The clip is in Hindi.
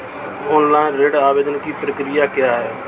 ऑनलाइन ऋण आवेदन की प्रक्रिया क्या है?